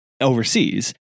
overseas